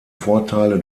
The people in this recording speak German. vorteile